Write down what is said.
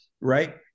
right